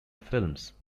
films